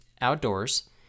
Outdoors